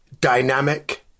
dynamic